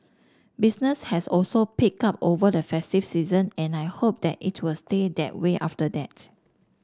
business has also picked up over the festive season and I hope that it will stay that way after that